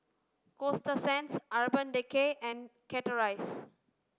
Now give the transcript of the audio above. Coasta Sands Urban Decay and Chateraise